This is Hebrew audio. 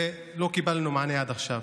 ולא קיבלנו מענה עד עכשיו.